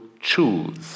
choose